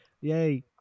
Yay